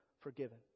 forgiven